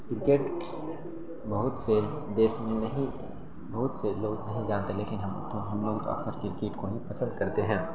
cricket بہت سے دیش میں نہیں بہت سے لوگ نہیں جانتے لیکن ہم کو ہم لوگ اکثر کرکٹ کو ہی پسند کرتے ہیں